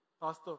Pastor